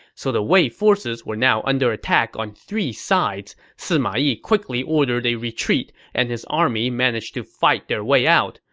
so the wei forces were now under attack on three sides. sima yi quickly ordered a retreat and his army managed to fight their out,